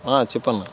ఆ చెప్పమ్మా